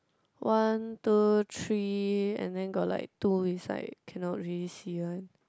one two three and then got like two inside cannot really see one